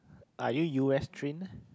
are you u_s train